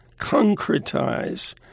concretize